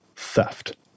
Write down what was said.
theft